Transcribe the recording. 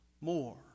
more